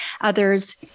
others